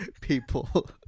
people